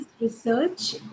research